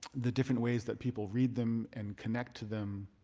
the different ways that people read them and connect to them.